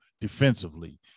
defensively